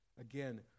again